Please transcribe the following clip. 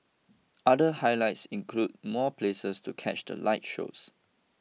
other highlights include more places to catch the light shows